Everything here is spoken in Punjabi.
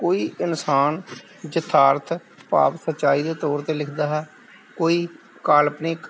ਕੋਈ ਇਨਸਾਨ ਯਥਾਰਥ ਭਾਵ ਸੱਚਾਈ ਦੇ ਤੌਰ 'ਤੇ ਲਿਖਦਾ ਹੈ ਕੋਈ ਕਾਲਪਨਿਕ